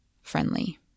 friendly